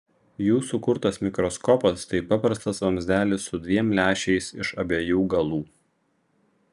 jų sukurtas mikroskopas tai paprastas vamzdelis su dviem lęšiais iš abiejų galų